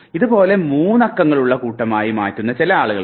ഇതുപോലെ 3 അക്കങ്ങളുടെ കൂട്ടമായി മാറ്റുന്ന ആളുകളുമുണ്ട്